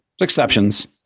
exceptions